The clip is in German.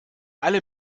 alle